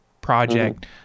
project